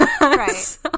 Right